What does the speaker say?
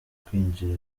kwinjira